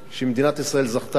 שמדינת ישראל זכתה לה בכלל,